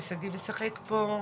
ושגיא משחק פה.